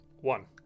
one